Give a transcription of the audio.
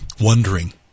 wondering